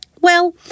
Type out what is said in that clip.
Well